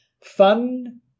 Fun